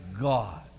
God